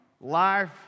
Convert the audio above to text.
life